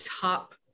top